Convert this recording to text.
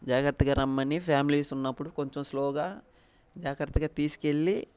జాగ్రత్తగా రమ్మని ఫ్యామిలీస్ ఉన్నప్పుడు కొంచెం స్లోగా జాగ్రత్తగా తీసుకెళ్ళి